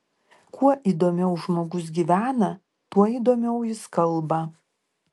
kuo įdomiau žmogus gyvena tuo įdomiau jis kalba